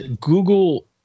Google